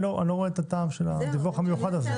לכן אני לא רואה את הטעם של הדיווח המיוחד הזה.